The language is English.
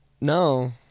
No